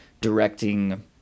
directing